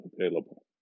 available